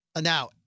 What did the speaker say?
Now